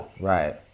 Right